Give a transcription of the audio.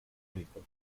rico